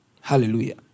Hallelujah